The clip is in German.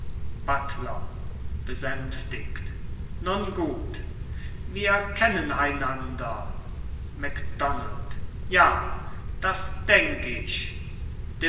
buttler besänftigt nun gut wir kennen einander macdonald ja das denk ich